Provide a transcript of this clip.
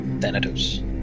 Thanatos